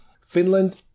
Finland